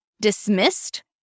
dismissed